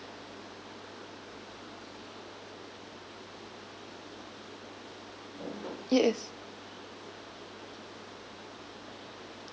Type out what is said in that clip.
yes